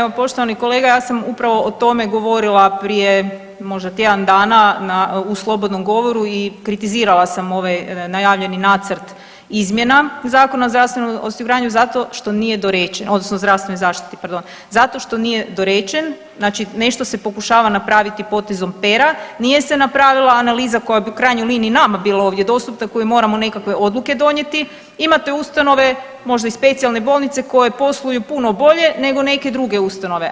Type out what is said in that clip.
Evo poštovani kolega ja sam upravo o tome govorila prije možda tjedan dana u slobodnom govoru i kritizirala sam ovaj najavljeni nacrt izmjena Zakona o zdravstvenom osiguranju zato što nije dorečen odnosno o zdravstvenoj zaštiti, pardon, zato što nije dorečen, znači nešto se pokušava napraviti potezom pera, nije se napravilo, a analiza koja bi u krajnjoj liniji nama bila ovdje dostupna koju moramo nekakve odluke donijeti imate ustanove možda i specijalne bolnice koje posluju puno bolje nego neke druge ustanove.